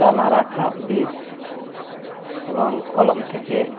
দানা রাখা বীজ এবং কলম থেকে